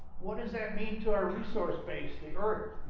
what does that mean to our resource base, the earth?